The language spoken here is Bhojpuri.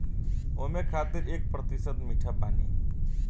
ओमें खातिर एक प्रतिशत मीठा पानी